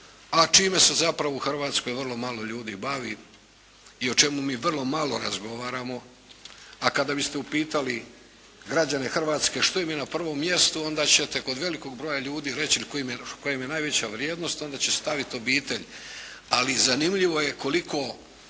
a čime se zapravo u Hrvatskoj vrlo malo ljudi i bavi i o čemu mi vrlo malo razgovaramo, a kada biste upitali građane Hrvatske što im je na prvom mjestu onda ćete kod velikog broja ljudi ili koja im je najveća vrijednost, onda će staviti obitelj. Ali zanimljivo je koliko